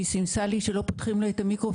והיא סימסה לי שלא פותחים לה את המיקרופון.